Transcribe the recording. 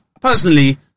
personally